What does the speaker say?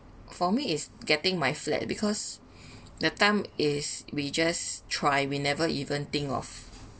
for me is getting my flat because that time is we just try we never even think of